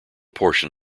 portion